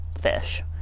fish